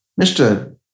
Mr